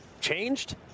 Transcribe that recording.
changed